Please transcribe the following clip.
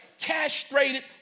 castrated